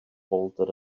bolted